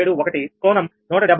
471 కోణం 175